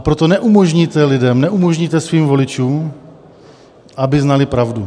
Proto neumožníte lidem, neumožníte svým voličům, aby znali pravdu.